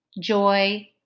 joy